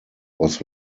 was